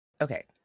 okay